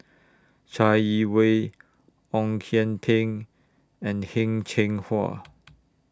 Chai Yee Wei Ong Kian Peng and Heng Cheng Hwa